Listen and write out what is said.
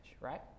right